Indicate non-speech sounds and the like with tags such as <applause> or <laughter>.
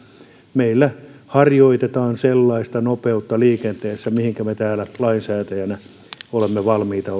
meillä harjoitetaan sellaista nopeutta liikenteessä minkä me täällä lainsäätäjinä olemme valmiita <unintelligible>